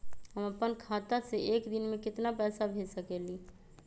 हम अपना खाता से एक दिन में केतना पैसा भेज सकेली?